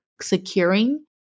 securing